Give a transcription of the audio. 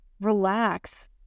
relax